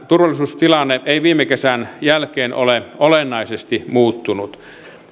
turvallisuustilanne ei viime kesän jälkeen ole olennaisesti muuttunut